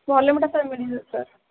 ଭଲ ମିଠା ସାର୍ ମିଳିଯିବ ସାର୍